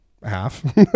half